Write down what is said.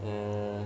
um